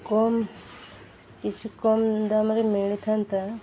କମ୍ କିଛି କମ୍ ଦାମ୍ରେ ମିଳିଥାନ୍ତା